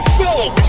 six